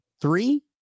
Three